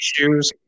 issues